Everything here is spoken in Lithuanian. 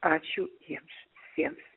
ačiū jiems visiems